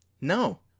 No